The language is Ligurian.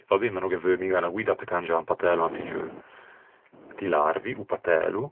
E va ben, ma no ghe veu miga unna guidda pe cangiâ un pattælo à un figgeu! Ti l'arvi, o pattælo,